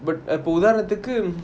இப்போ உதாரணத்துக்கு:ipo uthaaranathuku